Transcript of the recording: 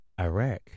Iraq